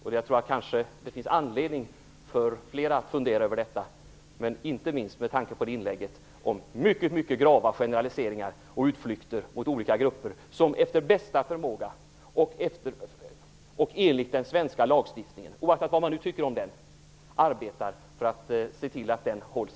Det finns kanske anledning för fler att fundera över detta, men inte minst med tanke på detta inlägg med mycket grava generaliseringar och utfall mot olika grupper, som efter bästa förmåga och enligt den svenska lagstiftningen, oaktat vad man tycker om den, arbetar för att se till att den följs.